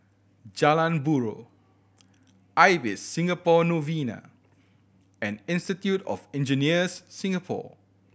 Jalan Buroh Ibis Singapore Novena and Institute of Engineers Singapore